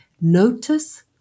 Notice